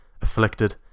afflicted